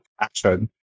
action